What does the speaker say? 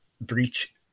breach